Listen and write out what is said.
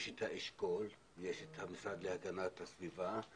יש את האשכול ויש את המשרד להגנת הסביבה,